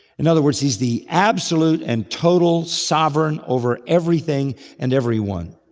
in other words, he's the absolute and total sovereign over everything and everyone.